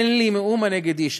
אין לי מאומה נגד איש.